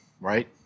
right